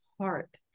heart